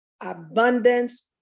abundance